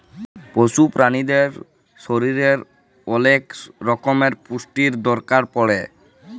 পশু প্রালিদের শরীরের ওলেক রক্যমের পুষ্টির দরকার পড়ে